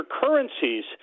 currencies